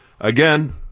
Again